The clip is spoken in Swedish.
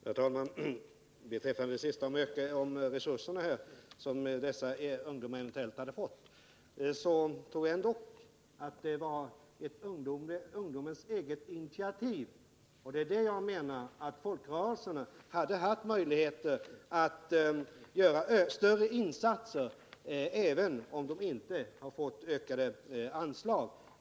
Herr talman! Beträffande det som senast sades om de resurser som dessa ungdomar eventuellt hade fått vill jag understryka att jag ändå framhöll att det gällde ett ungdomens eget initiativ. Jag menar att folkrörelserna hade haft möjligheter att göra större insatser även om de inte fått ökade anslag.